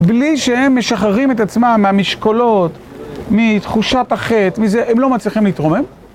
בלי שהם משחררים את עצמם מהמשקולות, מתחושת החטא, הם לא מצליחים להתרומם.